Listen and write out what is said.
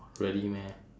really meh